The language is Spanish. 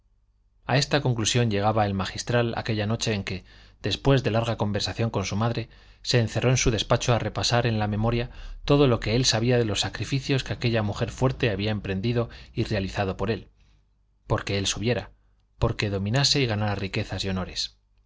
a esta conclusión llegaba el magistral aquella noche en que después de larga conversación con su madre se encerró en su despacho a repasar en la memoria todo lo que él sabía de los sacrificios que aquella mujer fuerte había emprendido y realizado por él porque él subiera porque dominase y ganara riquezas y honores